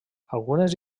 algunes